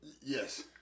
Yes